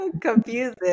confusing